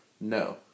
no